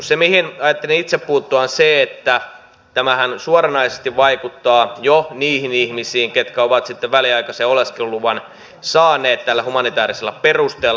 se mihin ajattelin itse puuttua on se että tämähän suoranaisesti vaikuttaa jo niihin ihmisiin ketkä ovat sitten väliaikaisen oleskeluluvan saaneet tällä humanitäärisellä perusteella